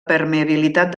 permeabilitat